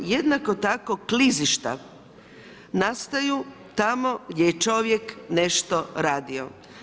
Jednako tako klizišta, nastaju tamo gdje je čovjek nešto radio.